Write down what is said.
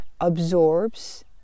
absorbs